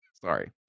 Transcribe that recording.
Sorry